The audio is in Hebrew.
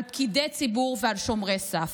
על פקידי ציבור ועל שומרי סף.